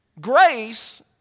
Grace